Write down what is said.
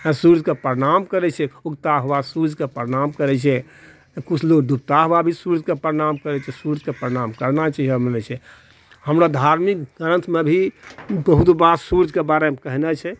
सूर्यके परनाम करै छै उगता हुआ सूर्यके परनाम करै छै किछु लोक डूबता हुआ भी सूर्यके परनाम करै छै सूर्यके परनाम करना चाहिअऽ बोलै छै हमरा धार्मिक ग्रन्थमे भी बहुत बात सूर्यके बारेमे कहने छै